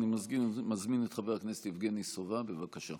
אני מזמין את חבר הכנסת יבגני סובה, בבקשה.